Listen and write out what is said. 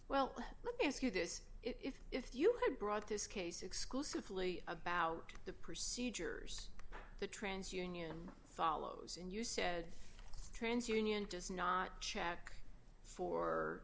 well let me ask you this if if you have brought this case exclusively about the procedures the trans union follows and you said trans union does not check for